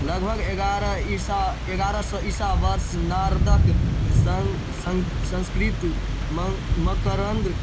लगभग एगारह ईसा एगारह सओ ईसा वर्ष नारदके सं सं सं संस्कृत मं मन्करन्द